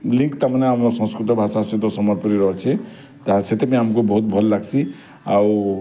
link ତା ମାନେ ଆମ ସଂସ୍କୃତ ଭାଷା ସହିତ ସମ୍ବଲପୁରୀର ରହିଛି ସେଥିପାଇଁ ଆମକୁ ବହୁତ୍ ଭଲ୍ ଲାଗ୍ସି ଆଉ